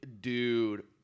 dude